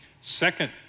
Second